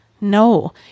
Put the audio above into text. No